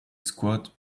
squad